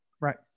Right